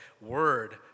Word